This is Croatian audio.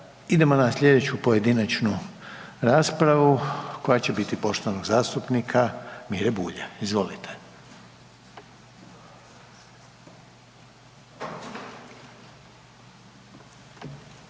Idemo na slijedeću pojedinačnu raspravu koja će biti poštovanog zastupnika Mire Bulja, izvolite.